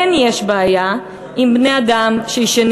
כן יש בעיה עם בני-אדם שישנים